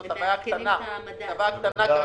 חוק.